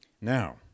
Now